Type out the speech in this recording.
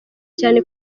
cyane